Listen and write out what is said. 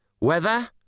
Weather